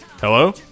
hello